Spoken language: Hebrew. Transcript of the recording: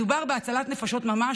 מדובר בהצלת נפשות ממש.